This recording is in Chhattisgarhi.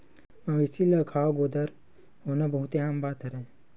मवेशी ल घांव गोदर होना बहुते आम बात हरय